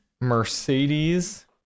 Mercedes